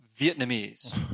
Vietnamese